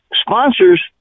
sponsors